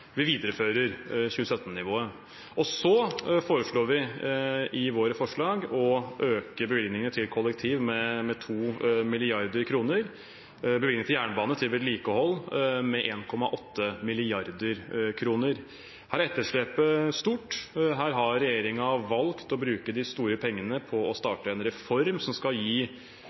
Vi viderefører 2017-nivået. Så foreslår vi i våre forslag å øke bevilgningene til kollektiv med 2 mrd. kr og bevilgningene til vedlikehold på jernbane med 1,8 mrd. kr. Her er etterslepet stort. Her har regjeringen valgt å bruke de store pengene på å starte en reform som skal